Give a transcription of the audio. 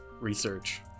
research